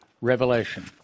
Revelation